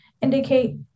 Indicate